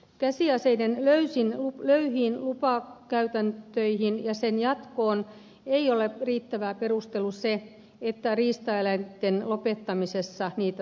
käsiaseiden löyhiin lupakäytäntöihin ja niiden jatkoon ei ole riittävä perustelu se että riistaeläinten lopettamisessa niitä tarvitaan